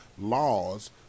laws